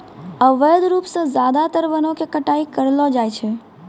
अवैध रूप सॅ ज्यादातर वनों के कटाई करलो जाय छै